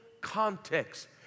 context